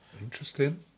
Interesting